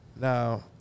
now